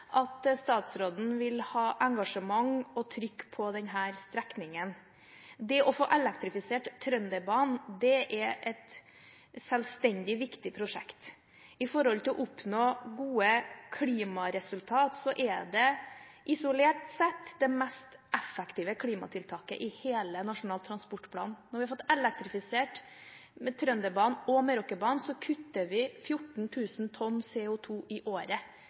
at statsråden vil ha engasjement og trykk på denne strekningen. Det å få elektrifisert Trønderbanen er et selvstendig viktig prosjekt. Når det gjelder å oppnå gode klimaresultat, er det isolert sett det mest effektive klimatiltaket i hele Nasjonal transportplan. Når vi har elektrifisert Trønderbanen og Meråkerbanen, kutter vi 14 000 tonn CO2 i året.